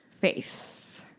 faith